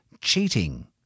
Cheating